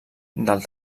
del